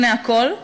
לפני הכול,